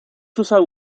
susan